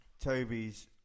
Toby's